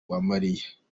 uwamariya